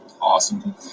Awesome